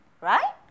right